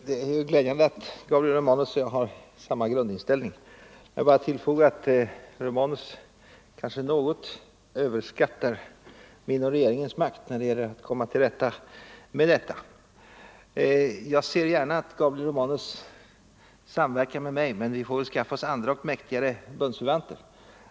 Herr talman! Det är glädjande att herr Romanus och jag har samma grundinställning. Jag vill bara tillfoga att herr Romanus kanske något överskattar min och regeringens makt när det gäller att komma till rätta med detta. Jag ser gärna att herr Romanus samverkar med mig, men vi får nog skaffa oss andra och mäktigare bundsförvanter.